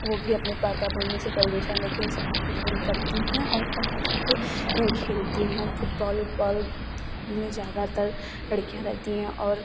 वो भी अपने पापा मम्मी से परमिशन लेके उस फॉर्म को फिल करती हैं और बाहर जाके खेलती हैं फुटबॉल वुटबॉल में ज़्यादातर लड़कियाँ रहती हैं और